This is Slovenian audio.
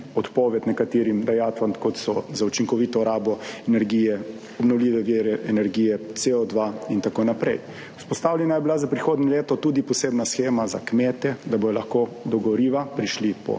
odpoved nekaterim dajatvam, kot so za učinkovito rabo energije, obnovljive vire energije, CO2 in tako naprej. Vzpostavljena je bila za prihodnje leto tudi posebna shema za kmete, da bodo lahko do goriva prišli po